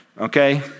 okay